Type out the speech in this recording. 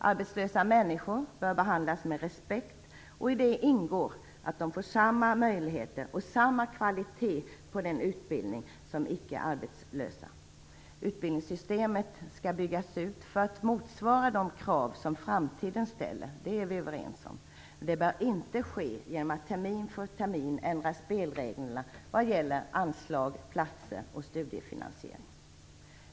Arbetslösa människor bör behandlas med respekt, och i det ingår att de får samma möjligheter och samma kvalitet på sin utbildning som icke arbetslösa. Utbildningssystemet skall byggas ut för att motsvara de krav som framtiden ställer, det är vi överens om, men det bör inte ske genom att man termin för termin ändrar spelreglerna för anslag, platser och studiefinansiering.